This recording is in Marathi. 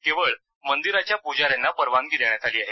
केवळ मंदिराच्या पुजाऱ्यांना परवानगी देण्यात आली आहे